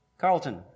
Carlton